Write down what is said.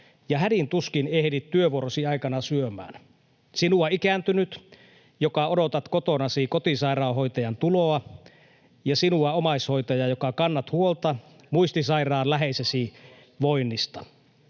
ja hädin tuskin ehdit työvuorosi aikana syömään, sinua, ikääntynyt, joka odotat kotonasi kotisairaanhoitajan tuloa, ja sinua, omaishoitaja, joka kannat huolta muistisairaan läheisesi voinnista.